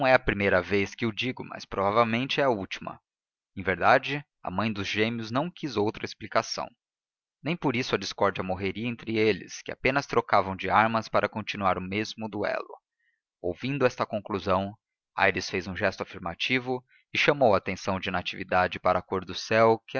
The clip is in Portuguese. a primeira vez que o digo mas provavelmente é a última em verdade a mãe dos gêmeos não quis outra explicação nem por isso a discórdia morreria entre eles que apenas trocavam de armas para continuar o mesmo duelo ouvindo esta conclusão aires fez um gesto afirmativo e chamou a atenção de natividade para a cor do céu